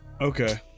Okay